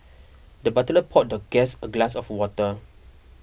the butler poured the guest a glass of water